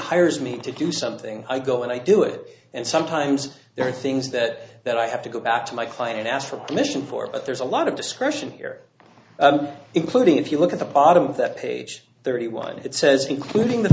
hires me to do something i go and i do it and sometimes there are things that that i have to go back to my client and ask for permission for but there's a lot of discretion here including if you look at the bottom of that page thirty one it says including the